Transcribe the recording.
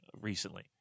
recently